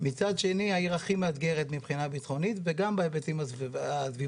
מצד שני העיר הכי מאתגרת מבחינה ביטחונית וגם בהיבטים הסביבתיים.